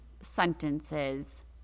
sentences